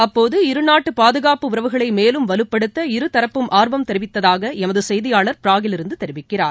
அப்போது இருநாட்டு பாதுகாப்பு உறவுகளை மேலும் வலுப்படுத்த இரு தரப்பும் ஆர்வம் தெரிவித்ததாக எமது செய்தியாளர் ப்ராகிலிருந்து தெரிவிக்கிறார்